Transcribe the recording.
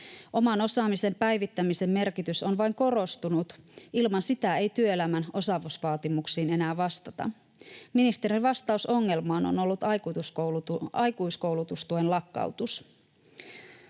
Oman osaamisen päivittämisen merkitys on vain korostunut. Ilman sitä ei työelämän osaamisvaatimuksiin enää vastata. Ministerin vastaus ongelmaan on ollut aikuiskoulutustuen lakkautus.